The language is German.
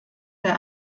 der